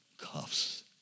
Cuffs